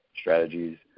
strategies